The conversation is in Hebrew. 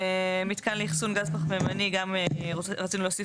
במתקן לאחסון גז פחמימני גם רצינו להוסיף